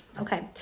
Okay